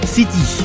City